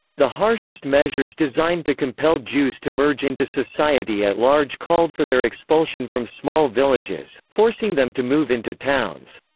the harshest measures designed to compel jews to merge into society at large called for their expulsion from small villages, forcing them to move into towns.